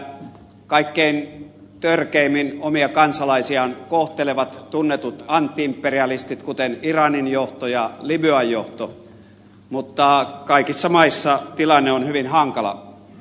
näyttää siltä että kaikkein törkeimmin omia kansalaisiaan kohtelevat tunnetut anti imperialistit kuten iranin johto ja libyan johto mutta kaikissa maissa tilanne on hyvin hankala